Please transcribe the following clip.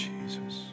Jesus